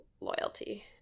loyalty